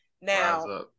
Now